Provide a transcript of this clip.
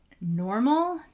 Normal